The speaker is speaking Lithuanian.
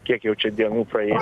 kiek jau čia dienų praėjo